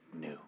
new